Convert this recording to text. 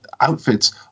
outfits